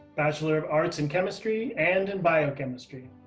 bachelor of arts in chemistry and in biochemistry.